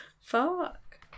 Fuck